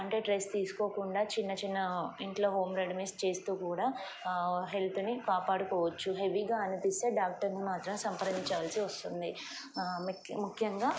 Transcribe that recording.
అంటే స్ట్రెస్ తీసుకోకుండా చిన్న చిన్న ఇంట్లో హోమ్ రెడమీస్ చేస్తూ కూడా హెల్త్ని కాపాడుకోవచ్చు హెవీగా అనిపిస్తే డాక్టర్ని మాత్రం సంప్రదించాల్సి వస్తుంది ఆ ముఖ్యంగా